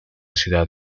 ciudad